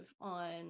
on